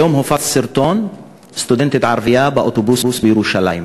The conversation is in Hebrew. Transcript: היום הופץ סרטון של סטודנטית ערבייה באוטובוס בירושלים.